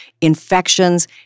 infections